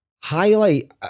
highlight